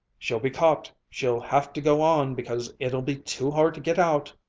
she'll be caught she'll have to go on because it'll be too hard to get out